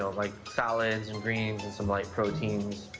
like salads and greens and some, like, proteins.